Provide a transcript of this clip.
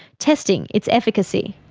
testing its efficacy.